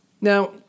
Now